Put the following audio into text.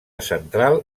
central